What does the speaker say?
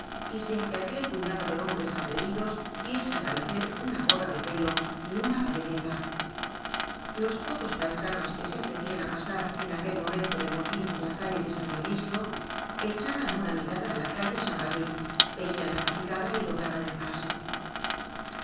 y sin que aquel puñado de hombres atrevidos viese aparecer una gorra de pelo ni una bayoneta los pocos paisanos que se atrevian á pasar en aquel momento del motin por la calle de san dionisio echaban una mirada á la calle chanvrerie veian la barricada y doblaban el paso